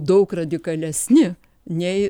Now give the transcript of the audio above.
daug radikalesni nei